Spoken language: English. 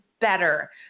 better